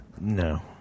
No